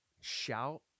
shout